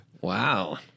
Wow